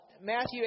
Matthew